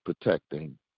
protecting